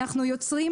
אנחנו יוצרים